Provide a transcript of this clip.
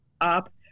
up